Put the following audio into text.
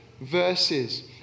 verses